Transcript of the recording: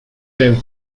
came